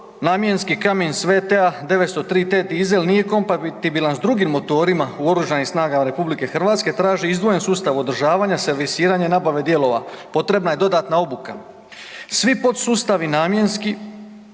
razumije./... s VT-a 903 T dizel nije kompatibilan s drugim motorima u OS RH, traži izdvojen sustav održavanja, servisiranje nabave dijelova, potrebna je dodatna obuka. Svi podsustavi namjenski